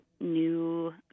new